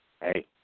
hey